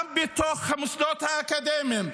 גם בתוך המוסדות האקדמיים,